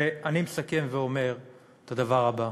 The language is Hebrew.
ואני מסכם ואומר את הדבר הבא: